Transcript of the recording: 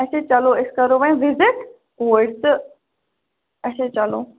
اَچھا چَلو أسۍ کَرو وۅنۍ وِزِٹ اوٗڑۍ تہٕ اَچھا چَلو